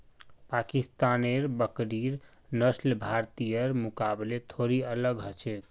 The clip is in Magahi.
पाकिस्तानेर बकरिर नस्ल भारतीयर मुकाबले थोड़ी अलग ह छेक